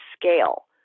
scale